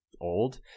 old